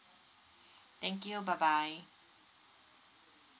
thank you bye bye